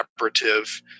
collaborative